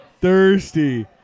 Thirsty